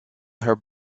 her